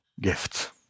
gifts